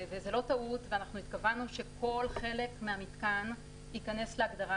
זאת לא טעות ואנחנו התכוונו שכל חלק מהמיתקן ייכנס להגדרה